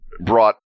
brought